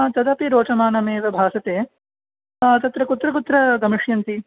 तदपि रोचमानेव भासते तत्र कुत्र कुत्र गमिष्यन्ति